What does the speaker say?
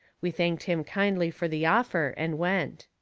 we thanked him kindly fur the offer, and went.